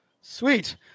Sweet